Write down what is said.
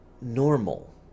normal